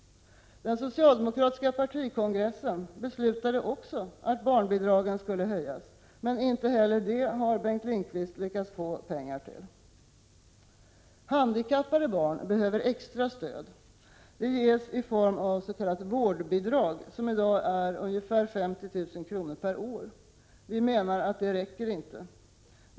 Den socialdemokratiska partikongressen beslutade också att barnbidragen skulle höjas. Bengt Lindqvist har inte heller lyckats få pengar till det. Handikappade barn behöver extra stöd. Det ges i form av s.k. vårdbidrag, som i dag är ca 50 000 kr. per år. Vi menar att det inte räcker.